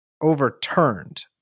overturned